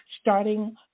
starting